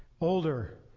older